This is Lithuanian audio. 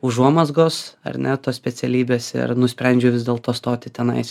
užuomazgos ar ne tos specialybės ir nusprendžiau vis dėlto stoti tenais